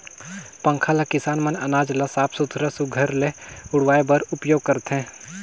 पंखा ल किसान मन अनाज ल साफ सुथरा सुग्घर ले उड़वाए बर उपियोग करथे